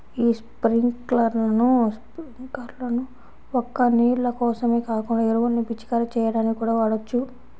యీ స్పింకర్లను ఒక్క నీళ్ళ కోసమే కాకుండా ఎరువుల్ని పిచికారీ చెయ్యడానికి కూడా వాడొచ్చు